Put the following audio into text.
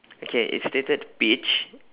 okay it's stated peach